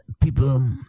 People